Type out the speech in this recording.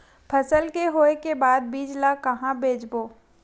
फसल के होय के बाद बीज ला कहां बेचबो?